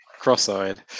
Cross-eyed